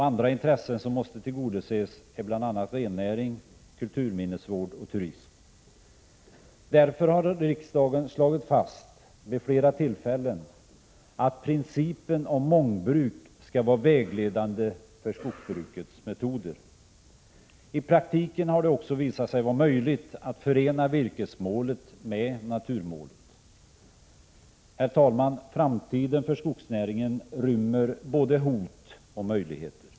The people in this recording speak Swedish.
Andra intressen som måste tillgodoses är bl.a. rennäring, kulturminnesvård och turism. Därför har riksdagen slagit fast vid flera tillfällen att principen om mångbruk skall vara vägledande för skogsbrukets metoder. I praktiken har det också visat sig vara möjligt att förena virkesmålet med naturmålet. Herr talman! Framtiden för skogsnäringen rymmer både hot och möjligheter.